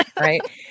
right